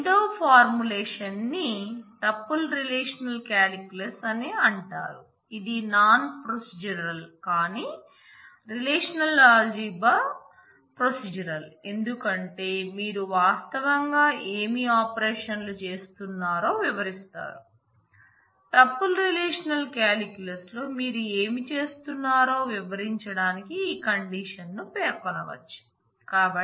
రెండో ఫార్ములేషన్ ని tuple relational calculus ఎందుకంటే మీరు వాస్తవంగా ఏమి ఆపరేషన్లు చేస్తున్నారో వివరిస్తారు టూపుల్ రిలేషనల్ కాలిక్యులస్లో మీరు ఏమి చేస్తున్నారో వివరించడానికి ఈ కండిషన్ ను పేర్కొనవచ్చు